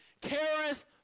careth